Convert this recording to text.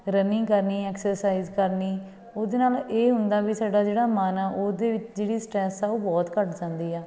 running ਕਰਨੀ exercise ਕਰਨੀ ਉਹਦੇ ਨਾਲ ਇਹ ਹੁੰਦਾ ਵੀ ਸਾਡਾ ਜਿਹੜਾ ਮਨ ਆ ਉਹਦੇ ਵਿੱਚ ਜਿਹੜੀ ਸਟਰੈਸ ਆ ਉਹ ਬਹੁਤ ਘੱਟ ਜਾਂਦੀ ਆ